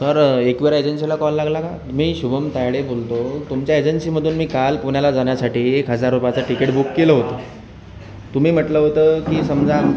sir Ekvira एजन्सीला call लागला का मी शुभम तायडे बोलतो तुमच्या एजन्सीमधून मी काल पुण्याला जाण्यासाठी एक हजार रुपयाचं तिकिट बूक केलं होतं तुम्ही म्हटलं होतं की समजा